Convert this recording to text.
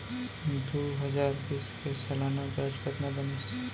दू हजार बीस के सालाना ब्याज कतना बनिस?